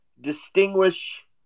distinguish